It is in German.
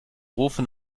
rufe